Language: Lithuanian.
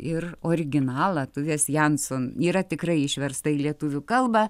ir originalą tuvės janson yra tikrai išversta į lietuvių kalbą